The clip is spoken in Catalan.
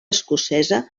escocesa